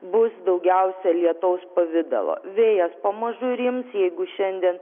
bus daugiausia lietaus pavidalo vėjas pamažu rims jeigu šiandien